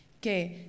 Que